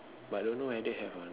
but don't know whether have